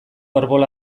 arbola